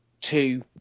two